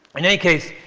in any case,